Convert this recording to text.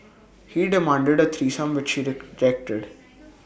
he demanded A threesome which she rejected